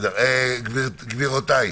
גבירותיי,